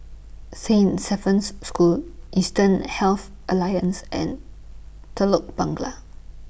Saint School Eastern Health Alliance and Telok